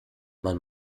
man